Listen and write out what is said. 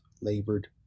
labored